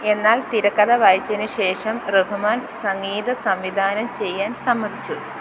എന്നാൽ തിരക്കഥ വായിച്ചതിന് ശേഷം റഹ്മാൻ സംഗീത സംവിധാനം ചെയ്യാൻ സമ്മതിച്ചു